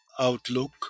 outlook